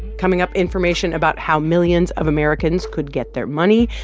coming up, information about how millions of americans could get their money,